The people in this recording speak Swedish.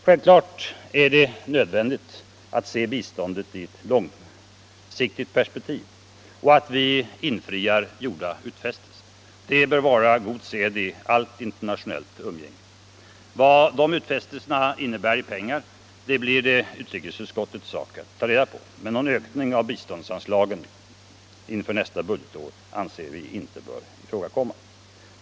Självklart är det nödvändigt att se biståndet i ett långsiktigt perspektiv och att vi infriar gjorda utfästelser. Det bör vara god sed i allt internationellt umgänge. Vad de utfästelserna innebär i pengar blir det utrikesutskottets sak att ta reda på. Men någon ökning av biståndsanslagen inför nästa budgetår anser vi inte bör ifrågakomma.